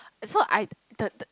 so I the